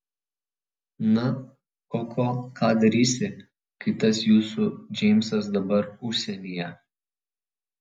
na koko ką darysi kai tas jūsų džeimsas dabar užsienyje